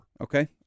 Okay